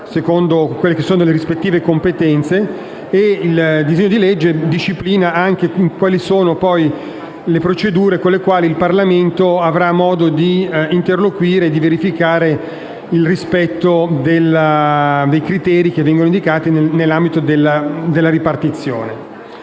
economico, secondo le rispettive competenze. Il disegno di legge disciplina anche le procedure con le quali il Parlamento avrà modo di interloquire e di verificare il rispetto dei criteri che vengono indicati nell'ambito della ripartizione.